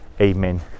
amen